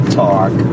talk